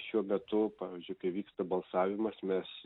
šiuo metu pavyzdžiui kai vyksta balsavimas mes